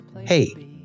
Hey